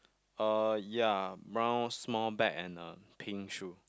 uh ya brown small bag and a pink shoe